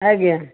ଆଜ୍ଞା